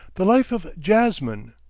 the life of jasmin,